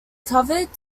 covered